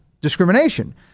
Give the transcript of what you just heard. Discrimination